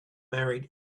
married